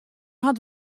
hat